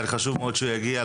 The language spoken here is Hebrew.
היה לי חשוב מאוד שהוא יגיע,